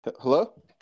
Hello